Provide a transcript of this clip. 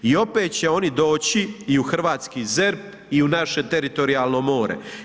I opet će oni doći i u hrvatski ZERP i u naše teritorijalno more.